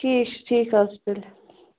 ٹھیٖک چھُ ٹھیٖک حظ چھُ تیٚلہِ